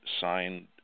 signed